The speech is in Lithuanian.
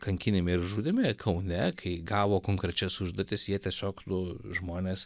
kankinime ir žudyme kaune kai gavo konkrečias užduotis jie tiesiog nu žmonės